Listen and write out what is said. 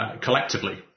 collectively